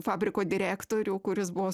fabriko direktorių kuris buvos